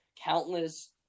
Countless